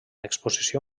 exposició